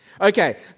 Okay